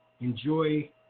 enjoy